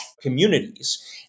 communities